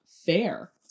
fair